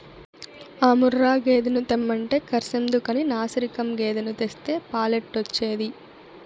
ఆ ముర్రా గేదెను తెమ్మంటే కర్సెందుకని నాశిరకం గేదెను తెస్తే పాలెట్టొచ్చేది